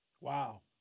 Wow